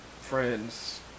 friends